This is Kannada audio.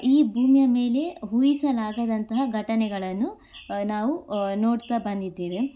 ಈ ಭೂಮಿಯ ಮೇಲೆ ಊಹಿಸಲಾಗದಂತಹ ಘಟನೆಗಳನ್ನು ನಾವು ನೋಡ್ತಾ ಬಂದಿದ್ದೀವಿ